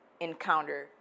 encounter